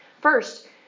First